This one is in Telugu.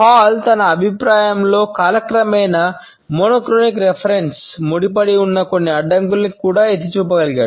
హాల్ ముడిపడి ఉన్న కొన్ని అడ్డంకులను కూడా ఎత్తి చూపగలిగాడు